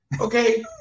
Okay